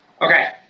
Okay